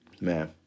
Man